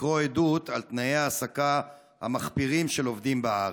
לקרוא עדות על תנאי ההעסקה המחפירים של עובדים בארץ.